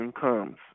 comes